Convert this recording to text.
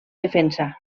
defensa